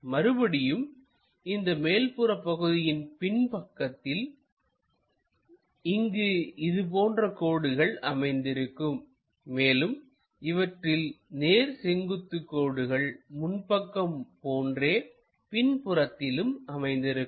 மறுபடியும் இந்த மேல்புற பகுதியின் பின்பக்கத்தில் இங்கு இது போன்ற கோடுகள் அமைந்திருக்கும் மேலும் இவற்றில் நேர்செங்குத்து கோடுகள் முன்பக்கம் போன்றே பின்புறத்திலும் அமைந்திருக்கும்